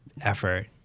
effort